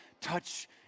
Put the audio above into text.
touch